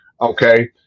Okay